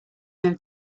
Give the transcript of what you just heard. know